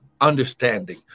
understanding